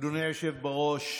אדוני היושב בראש,